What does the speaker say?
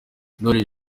ndoli